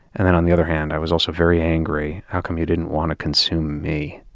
and then, on the other hand, i was also very angry. how come you didn't want to consume me?